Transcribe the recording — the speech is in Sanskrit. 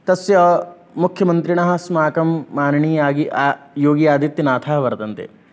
तस्य मुख्यमन्त्रिणः अस्माकं माननीय योगी आदित्यनाथ वर्तन्ते